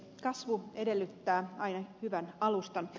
kasvu edellyttää aina hyvän alustan